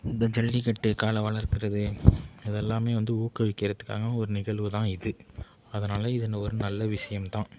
இந்த ஜல்லிக்கட்டு காளை வளர்கிறது இதெல்லாமே வந்து ஊக்குவிக்கிறதுக்கான ஒரு நிகழ்வுதான் இது அதனால் இது ஒரு நல்ல விஷயம்தான்